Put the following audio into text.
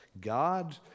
God